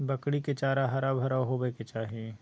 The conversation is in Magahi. बकरी के चारा हरा भरा होबय के चाही